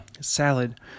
Salad